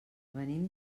venim